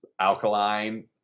alkaline